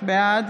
בעד